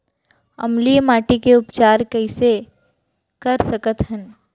अम्लीय माटी के उपचार कइसे कर सकत हन?